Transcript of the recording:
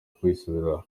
kwisubiraho